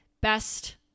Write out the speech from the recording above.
Best